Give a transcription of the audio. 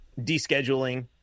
descheduling